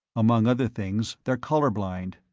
among other things, they're color-blind.